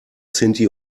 sinti